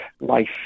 life